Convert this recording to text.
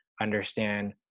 understand